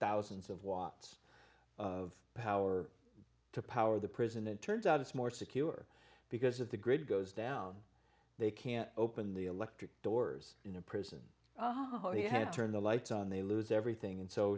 thousands of watts of power to power the prison it turns out it's more secure because of the grid goes down they can't open the electric doors in a prison oh he had turned the lights on they lose everything and so